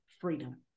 freedom